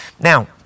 now